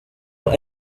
are